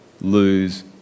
lose